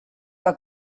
que